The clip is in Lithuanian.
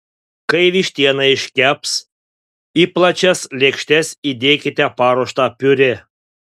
kai vištiena iškeps į plačias lėkštes įdėkite paruoštą piurė